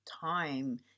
time